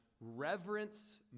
reverence